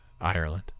Ireland